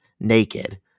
naked